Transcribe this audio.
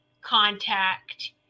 Contact